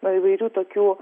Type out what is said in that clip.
nuo įvairių tokių